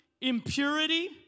impurity